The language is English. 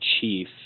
chief